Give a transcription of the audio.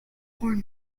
board